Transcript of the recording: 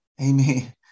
Amen